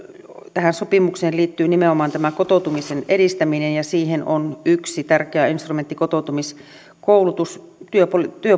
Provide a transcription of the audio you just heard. tähän sopimukseen liittyy nimenomaan tämä kotoutumisen edistäminen ja siihen on yksi tärkeä instrumentti kotoutumiskoulutus